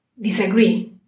disagree